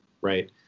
right